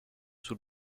sul